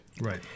Right